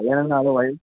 இல்லைனா